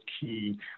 key